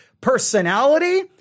Personality